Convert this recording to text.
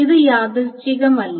ഇത് യാദൃശ്ചികമല്ല